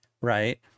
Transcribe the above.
Right